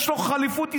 יש לו ח'ליפות אסלאמית.